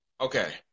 Okay